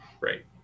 right